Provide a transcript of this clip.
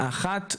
האחת,